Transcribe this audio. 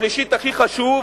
שלישית, הכי חשוב,